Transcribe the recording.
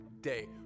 day